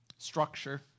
structure